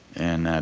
and